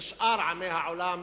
כשאר עמי העולם,